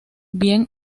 bien